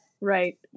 Right